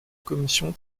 commission